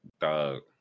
dog